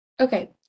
Okay